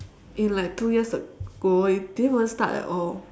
in like two years ago it didn't even start at all